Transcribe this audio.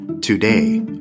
today